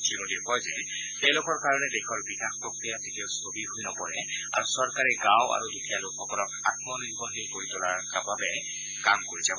শ্ৰীমোদীয়ে কয় যে তেওঁলোকৰ কাৰণে দেশৰ বিকাশ প্ৰক্ৰিয়া কেতিয়াও স্থবিৰ হৈ নপৰে আৰু চৰকাৰে গাঁও আৰু দুখীয়া লোকসকলক আমনিৰ্ভৰশীল কৰি তোলাৰ বাবে কাম কৰি যাব